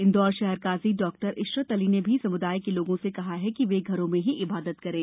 इंदौर शहर काजी डाक्टर इशरत अली ने भी समुदाय के लोगों से कहा है कि वे घरों में ही इबादत करें